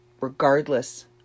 regardless